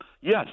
yes